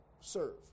Serve